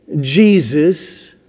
Jesus